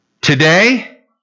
Today